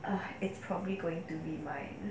uh it's probably going to be mine